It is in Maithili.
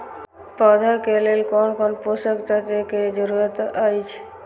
पौधा के लेल कोन कोन पोषक तत्व के जरूरत अइछ?